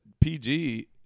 PG